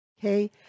okay